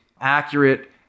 accurate